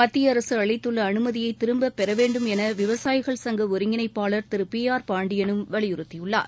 மத்திய அரசு அளித்துள்ள அனுமதியை திரும்பப்பெற வேண்டும் என விவசாயிகள் சங்க ஒருங்கிணைப்பாளர் திரு பி ஆர் பாண்டியனும் வலியுறுத்தியுள்ளார்